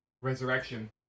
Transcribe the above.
resurrection